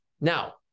Now